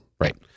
right